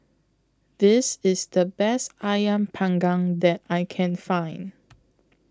This IS The Best Ayam Panggang that I Can Find